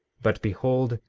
but behold,